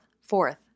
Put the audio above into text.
Fourth